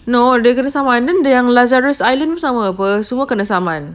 no dia kena saman lazarus island pun sama semua kena saman